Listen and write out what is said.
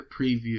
preview